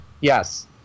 yes